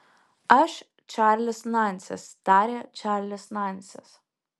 aš čarlis nansis tarė čarlis nansis